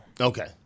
okay